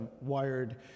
wired